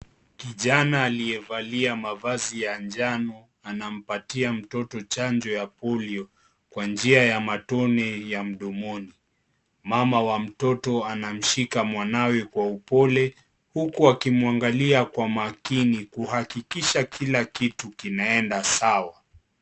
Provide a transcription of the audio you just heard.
Kijana aliyevalia mavazi ya njano anampatia mtoto chanjo ya polio kwa njia ya matone ya mdomoni. Mama wa mtoto anamshika mwanawe kwa upole huku akimwangalia kwa makini kuhakikisha kila kitu kinaenda sawa.